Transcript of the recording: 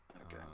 okay